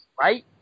right